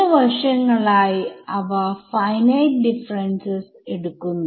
അതിന് നമുക്ക് ഒന്നാമത്തെ ഇക്വേഷന്റെ LHS എടുക്കാം